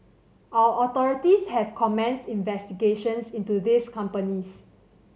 our authorities have commenced investigations into these companies